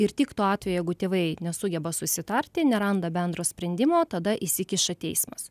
ir tik tuo atveju jeigu tėvai nesugeba susitarti neranda bendro sprendimo tada įsikiša teismas